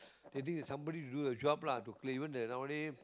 they think the somebody to do the job lah to clear even the nowadays